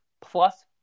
plus